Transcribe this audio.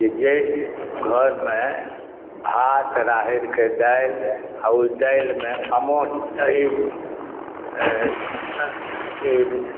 जे जाहि घरमे भात राहरिक दालि आ ओहि दालिमे अम्मत